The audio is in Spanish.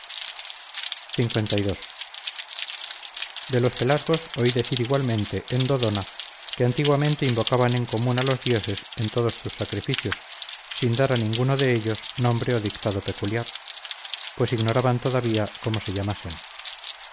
samotracia lii de los pelasgos oí decir igualmente en dodona que antiguamente invocaban en común a los dioses en todos sus sacrificios sin dar a ninguno de ellos nombre o dictado peculiar pues ignoraban todavía cómo se llamasen